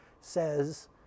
says